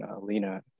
Lena